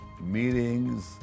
meetings